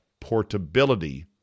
portability